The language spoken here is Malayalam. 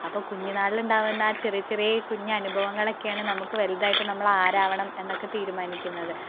അപ്പം കുഞ്ഞു നാളിലുണ്ടാവുന്ന ആ ചെറിയ ചെറിയ കുഞ്ഞ് അനുഭവങ്ങളൊക്കെയാണ് നമുക്ക് വലുതായിട്ട് നമ്മൾ ആരാവണം എന്നൊക്കെ തീരുമാനിക്കുന്നത്